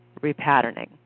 repatterning